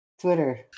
Twitter